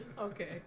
Okay